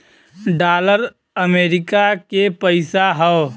dollar America के पइसा हौ